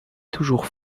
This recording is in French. toujours